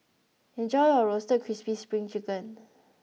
enjoy your Roasted Crispy Spring Chicken